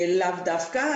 לאו דווקא.